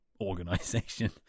organization